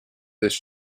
this